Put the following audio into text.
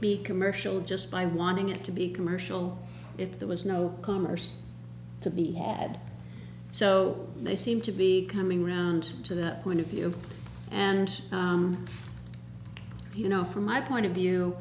be commercial just by wanting it to be commercial if there was no commerce to be had so they seem to be coming around to that point of view and you know from my point of view